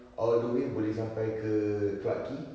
all the way boleh sampai ke clarke quay